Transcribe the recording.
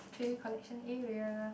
tray collection area